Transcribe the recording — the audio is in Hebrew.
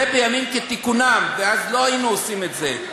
זה בימים כתיקונם, ואז לא היינו עושים את זה.